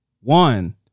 one